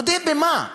נודה במה?